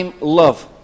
love